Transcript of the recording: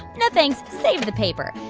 no thanks. save the paper.